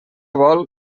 vol